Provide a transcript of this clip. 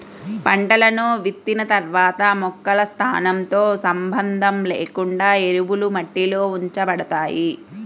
పంటలను విత్తిన తర్వాత మొక్కల స్థానంతో సంబంధం లేకుండా ఎరువులు మట్టిలో ఉంచబడతాయి